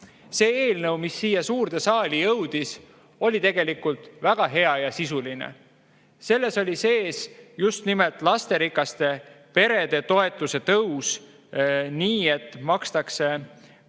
See eelnõu, mis siia suurde saali jõudis, oli tegelikult väga hea ja sisuline. Selles oli sees just nimelt lasterikaste perede toetuse tõus, nii et makstakse kolme